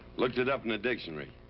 looked it up in the dictionary.